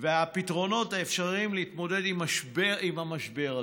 והפתרונות האפשריים להתמודד עם המשבר הזה.